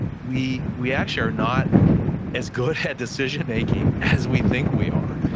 we we actually are not as good at decision making as we think we are.